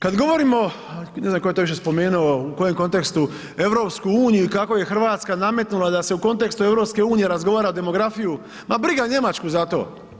Kad govorimo, ne znam tko je to više spomenuo u kojem kontekstu EU i kako je Hrvatska nametnula da u kontekstu EU razgovara o demografiji, ma briga Njemačku za to.